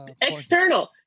External